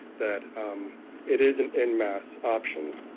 that um it is an in mass option.